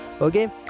Okay